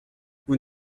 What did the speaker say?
vous